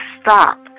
stop